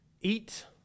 eat